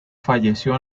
falleció